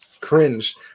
cringe